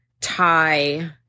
tie